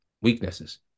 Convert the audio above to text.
weaknesses